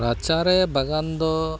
ᱨᱟᱪᱟᱨᱮ ᱵᱟᱜᱟᱱ ᱫᱚ